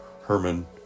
Herman